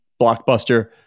blockbuster